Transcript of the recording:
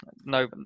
No